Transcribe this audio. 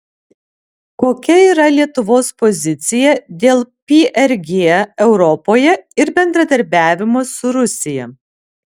kokia yra lietuvos pozicija dėl prg europoje ir bendradarbiavimo su rusija